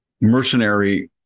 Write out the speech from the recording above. mercenary